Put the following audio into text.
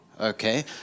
Okay